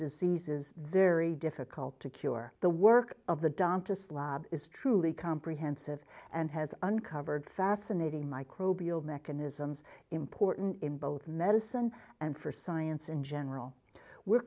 diseases very difficult to cure the work of the dump this lab is truly comprehensive and has uncovered fascinating microbial mechanisms important in both medicine and for science in general we're